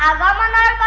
ah la la